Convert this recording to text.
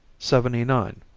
seventy nine.